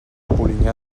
polinyà